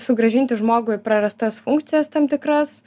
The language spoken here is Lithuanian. sugrąžinti žmogui prarastas funkcijas tam tikras